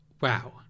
Wow